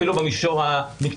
שלגביהן אומרים לנו כאן: מה?